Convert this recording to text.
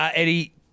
Eddie